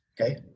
okay